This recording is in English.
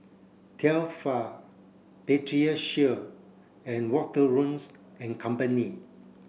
Tefal Pediasure and Wanderlust and Company